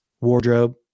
wardrobe